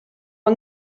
yng